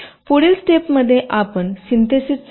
पुढील स्टेप मध्ये आपण सिन्थेसिससाठी जा